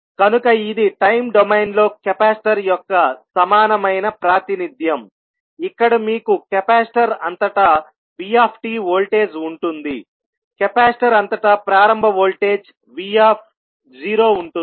కనుక ఇది time domain లో కెపాసిటర్ యొక్క సమానమైన ప్రాతినిధ్యం ఇక్కడ మీకు కెపాసిటర్ అంతటా vt వోల్టేజ్ ఉంటుంది కెపాసిటర్ అంతటా ప్రారంభ వోల్టేజ్ v0 ఉంటుంది